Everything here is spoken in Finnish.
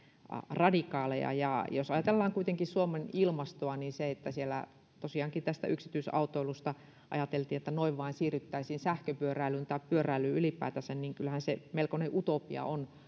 radikaaleja ja jos ajatellaan suomen ilmastoa niin kyllähän se että siellä tosiaankin tästä yksityisautoilusta ajateltiin että noin vain siirryttäisiin sähköpyöräilyyn tai pyöräilyyn ylipäätänsä melkoinen utopia on